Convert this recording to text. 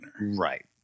Right